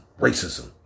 racism